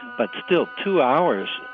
but still, two hours,